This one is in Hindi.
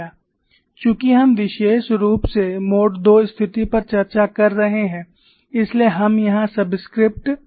चूँकि हम विशेष रूप से मोड II स्थिति पर चर्चा कर रहे हैं इसलिए हम यहाँ सबस्क्रिप्ट II लगा रहे हैं